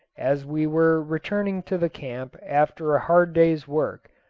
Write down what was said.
as we were returning to the camp after a hard day's work,